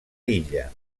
illa